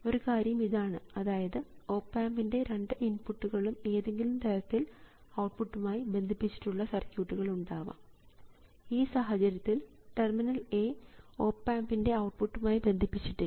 ഒരു കാര്യം ഇതാണ് അതായത് ഓപ് ആമ്പിൻറെ രണ്ട് ഇൻപുട്ടുകളും ഏതെങ്കിലും തരത്തിൽ ഔട്ട്പുട്ടുമായി ബന്ധിപ്പിച്ചിട്ടുള്ള സർക്യൂട്ടുകൾ ഉണ്ടാവാം ഈ സാഹചര്യത്തിൽ ടെർമിനൽ A ഓപ് ആമ്പിൻറെ ഔട്ട്പുട്ടുമായി ബന്ധിപ്പിച്ചിട്ടില്ല